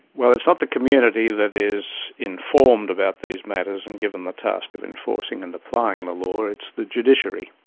well, it's not the community that is informed about these matters and given the task of enforcing and applying the law, it's the judiciary.